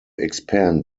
expand